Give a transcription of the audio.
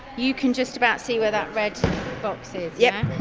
you can just about see where that red box is yeah?